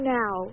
now